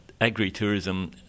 agritourism